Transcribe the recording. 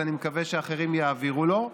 אני מקווה שאחרים יעבירו לו.